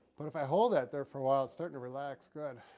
but if i hold that there for a while, it starting to relax good.